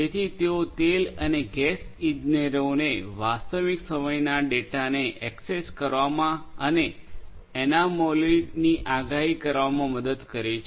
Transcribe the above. તેથી તેઓ તેલ અને ગેસ ઇજનેરોને વાસ્તવિક સમયના ડેટાને એક્સેસ કરવામાં અને એનામોલી ની આગાહી કરવામાં મદદ કરે છે